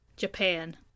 Japan